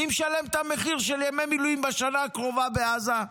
מי משלם את המחיר של ימי מילואים בשנה הקרובה בעזה?